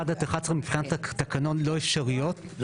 מבחינת התקנון לא אפשריות,